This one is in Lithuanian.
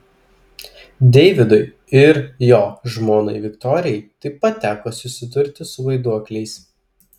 deividui ir jo žmonai viktorijai taip pat teko susidurti su vaiduokliais